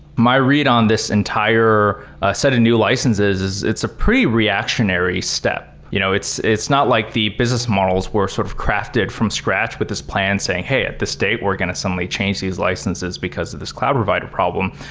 my read on this entire ah set a new licenses is it's a pretty reactionary step. you know it's it's not like the business models were sort of crafted from scratch with this plan saying, hey! at this date, we're going to suddenly change these licenses because of this cloud provider problem.